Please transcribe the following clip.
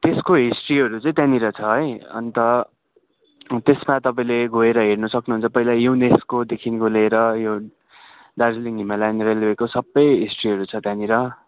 त्यसको हिस्ट्रीहरू चाहिँ त्यहाँनिर छ है अन्त त्यसमा तपाईँले गएर हेर्न सक्नुहुन्छ पहिला योनोस्कोदेखिको लिएर यो दार्जिलिङ हिमालयन रेलवेको सबै हिस्ट्रीहरू छ त्यहाँनिर